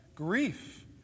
Grief